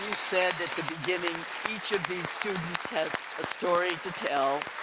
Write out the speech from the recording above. said at the beginning each of these students has story to tell.